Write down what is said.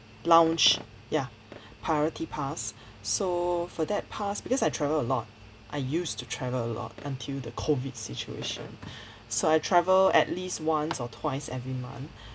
lounge ya priority pass so for that pass because I travel a lot I used to travel a lot until the COVID situation so I travel at least once or twice every month